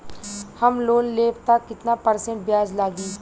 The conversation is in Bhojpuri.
हम लोन लेब त कितना परसेंट ब्याज लागी?